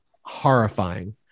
horrifying